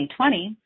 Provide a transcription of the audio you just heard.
2020